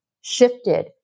shifted